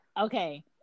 Okay